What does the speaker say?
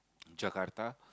Jakarta